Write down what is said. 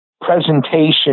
presentation